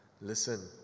listen